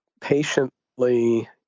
patiently